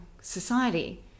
society